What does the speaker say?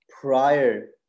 prior